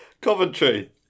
Coventry